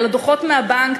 על הדוחות מהבנק,